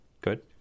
good